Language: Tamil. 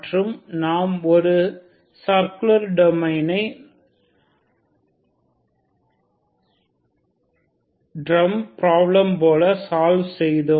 மற்றும் நாம் ஒரு சர்க்குலர் டொமைனை டிரம் பிராப்ளம் போல சால்வ் செய்தோம்